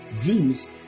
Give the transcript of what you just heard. dreams